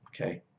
Okay